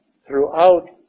throughout